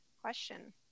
question